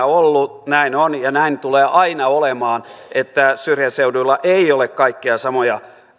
ollut näin on ja näin tulee aina olemaan syrjäseuduilla ei ole kaikkia samoja